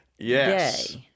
Yes